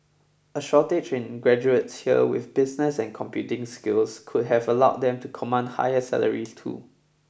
a shortage in graduates here with business and computing skills could have allowed them to command higher salaries too